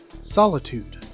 solitude